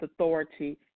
authority